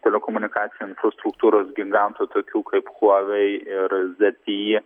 telekomunikacijų infrastruktūros gigantų tokių kaip huave ir ze ty y